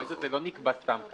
המועד הזה לא נקבע סתם כך.